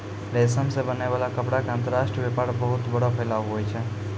रेशम से बनै वाला कपड़ा के अंतर्राष्ट्रीय वेपार बहुत बड़ो फैलाव हुवै छै